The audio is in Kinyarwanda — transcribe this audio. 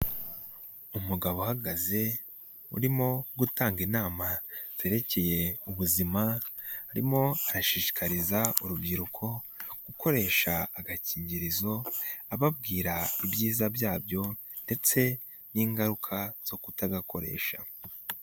Umugabo uhagaze urimo gutanga inama zerekeye ubuzima, arimo arashishikariza urubyiruko gukoresha agakingirizo, ababwira ibyiza byabyo ndetse n'ingaruka zo kutagakoresha.